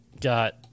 got